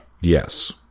Yes